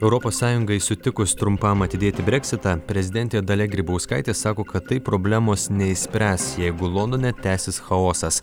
europos sąjungai sutikus trumpam atidėti breksitą prezidentė dalia grybauskaitė sako kad tai problemos neišspręs jeigu londone tęsis chaosas